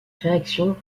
réactions